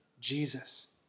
Jesus